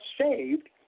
saved